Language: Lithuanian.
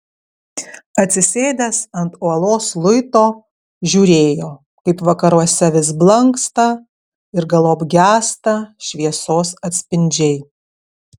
atsisėdęs ant uolos luito žiūrėjo kaip vakaruose vis blanksta ir galop gęsta šviesos atspindžiai